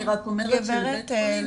אני רק אומרת שלבית החולים,